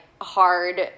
hard